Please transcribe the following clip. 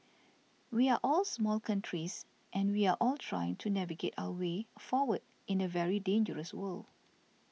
we are all small countries and we are all trying to navigate our way forward in a very dangerous world